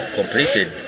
completed